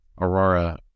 aurora